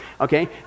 Okay